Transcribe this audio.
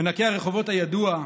מנקה הרחובות הידוע,